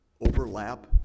overlap